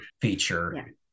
feature